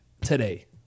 today